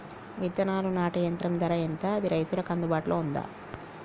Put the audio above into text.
విత్తనాలు నాటే యంత్రం ధర ఎంత అది రైతులకు అందుబాటులో ఉందా?